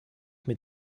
mit